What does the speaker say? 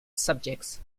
subjects